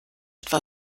etwa